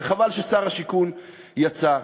וחבל ששר השיכון יצא,